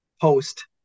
post